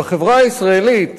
בחברה הישראלית,